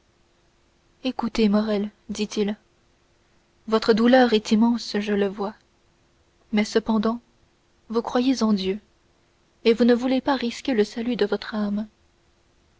écoutez morrel dit-il votre douleur est immense je le vois mais cependant vous croyez en dieu et vous ne voulez pas risquer le salut de votre âme